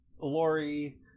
Lori